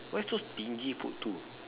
why so stingy put two